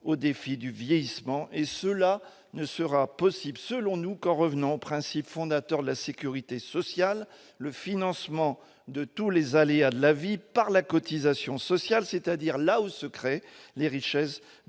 au défi du vieillissement. Et cela ne sera possible, selon nous, qu'en revenant aux principes fondateurs de la sécurité sociale : le financement de tous les aléas de la vie par la cotisation sociale, c'est-à-dire là où se créent les richesses